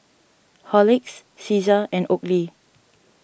Horlicks Cesar and Oakley